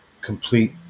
complete